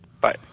Bye